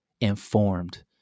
informed